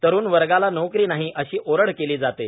तरूण वर्गाला नौकरी नाही अशी ओरड केली जाते